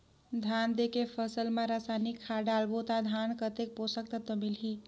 धान देंके फसल मा रसायनिक खाद डालबो ता धान कतेक पोषक तत्व मिलही?